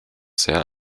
sehr